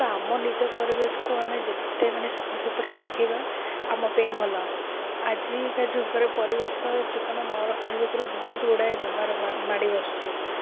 ତ ଆମ ନିଜ ପରିବେଶକୁ ଆମେ ଯେତେ ମାନେ ସଫାସୁତୁରା ରଖିବା ଆମ ପାଇଁ ଭଲ ଆଜିକା ଯୁଗରେ ପରିବେଶ ଚିକ୍କଣ ନ ରଖିବା ଯୋଗୁରୁ ବହୁତ ଗୁଡ଼ାଏ ବେମାର ମାଡ଼ି ବସୁଛି